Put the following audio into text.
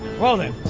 well then.